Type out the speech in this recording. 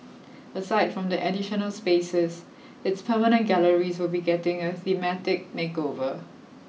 aside from the additional spaces its permanent galleries will be getting a thematic makeover